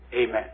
Amen